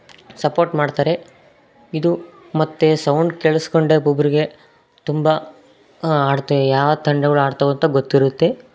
support ಮಾಡ್ತಾರೆ ಇದು ಮತ್ತು ಸೌಂಡ್ ಕೇಳಿಸಿಕೊಂಡೇ ಒಬ್ಬೊಬ್ಬರಿಗೆ ತುಂಬ ಆಡ್ತೀವಿ ಯಾವ ತಂಡಗಳು ಆಡ್ತಾವಂತ ಗೊತ್ತಿರುತ್ತೆ